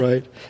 Right